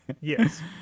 Yes